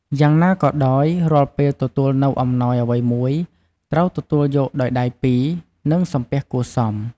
យ៉ាងណាក៏ដោយ រាល់ពេលទទួលនូវអំណោយអ្វីមួយ ត្រូវទទួលយកដោយដៃពីរ និងសំពះគួរសម។